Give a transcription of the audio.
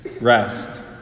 Rest